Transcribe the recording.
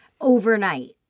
overnight